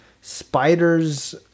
Spider's